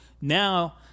now